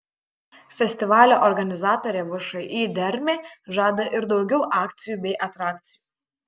festivalio organizatorė všį dermė žada ir daugiau akcijų bei atrakcijų